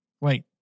Wait